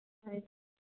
हाँ